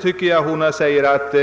Fru Hörnlund säger att